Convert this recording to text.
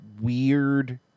weird